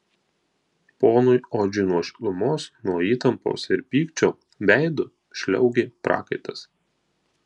ponui odžiui nuo šilumos nuo įtampos ir pykčio veidu žliaugė prakaitas